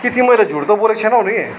कि तिमीहरूले झुट त बोलेको छेनौ नि